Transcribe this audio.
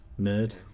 nerd